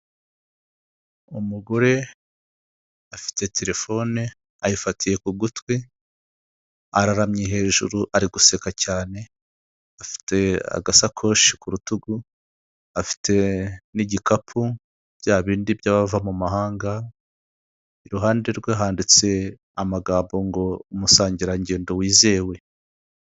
Umugore afite telefone, ayifatiye ku gutwi, araramye hejuru ari guseka cyane, afite agasakoshi ku rutugu, afife n'igikapu, bya bindi by'abava mu mahanga, iruhande rwe handitse amagambo ngo umusangirangendo wizewe.